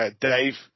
Dave